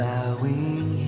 Bowing